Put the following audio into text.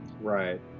Right